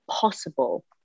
possible